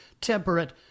temperate